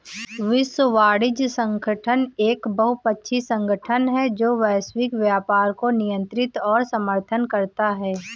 विश्व वाणिज्य संगठन एक बहुपक्षीय संगठन है जो वैश्विक व्यापार को नियंत्रित और समर्थन करता है